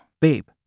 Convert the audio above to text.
Babe